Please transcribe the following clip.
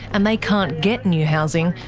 and they can't get new housing,